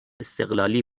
استقلالی